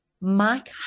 Mike